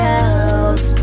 else